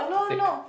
thick